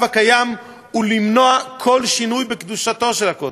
הקיים ולמנוע כל שינוי בקדושתו של הכותל.